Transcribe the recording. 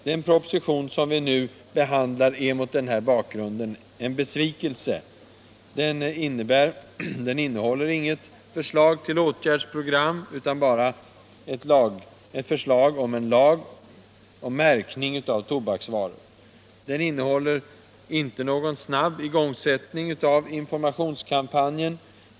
Den proposition som vi nu behandlar är mot denna bakgrund en besvikelse. Den innehåller inget förslag till åtgärdsprogram utan bara ett förslag till en lag om märkning av tobaksvaror. Den innebär inte någon snabb igångsättning av informationskampanjen.